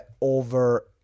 over